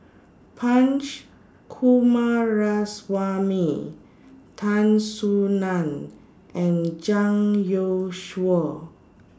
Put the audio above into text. Punch Coomaraswamy Tan Soo NAN and Zhang Youshuo